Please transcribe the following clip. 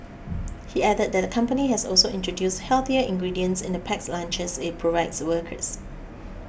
he added that the company has also introduced healthier ingredients in the packed lunches it provides workers